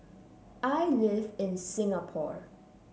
I live in Singapore